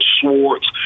Schwartz